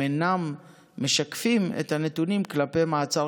הם אינם משקפים את הנתונים כלפי מעצר